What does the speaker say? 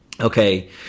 Okay